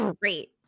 great